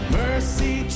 mercy